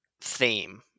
theme